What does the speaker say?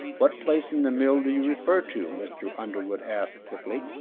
what place in the mill do you refer to? mr. underwood asked, quickly.